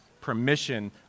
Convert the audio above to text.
permission